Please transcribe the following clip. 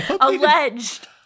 Alleged